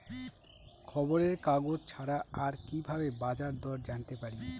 খবরের কাগজ ছাড়া আর কি ভাবে বাজার দর জানতে পারি?